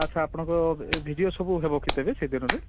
ଆଚ୍ଛା ଆପଣଙ୍କ ଏ ଭିଡ଼ିଓ ସବୁ ହେବ କି ତେବେ ସେ ଦିନରେ